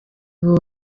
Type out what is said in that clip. ubu